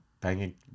banging